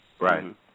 Right